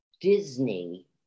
Disney